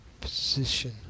position